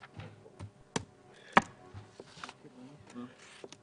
תודה רבה לוועדה ועל זכות